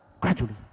Gradually